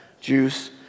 juice